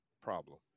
problem